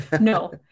No